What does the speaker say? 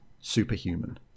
superhuman